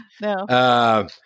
No